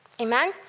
Amen